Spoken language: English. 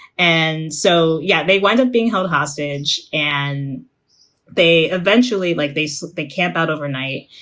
and so, yeah, they wound up being held hostage and they eventually, like they so they camp out overnight.